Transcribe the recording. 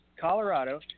Colorado